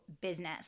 business